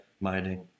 mining